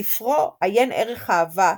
ספרו "עיין ערך אהבה",